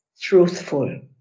truthful